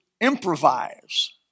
improvise